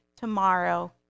tomorrow